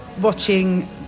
watching